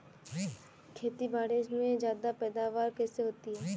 खेतीबाड़ी में ज्यादा पैदावार कैसे होती है?